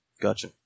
Gotcha